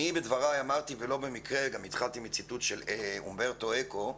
אני בדבריי אמרתי ולא במקרה גם התחלתי עם ציטוט של אומברטו אקו,